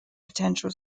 potential